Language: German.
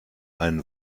einen